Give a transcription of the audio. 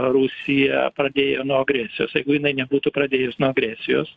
rusija pradėjo nuo agresijos jeigu jinai nebūtų pradėjus nuo agresijos